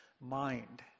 mind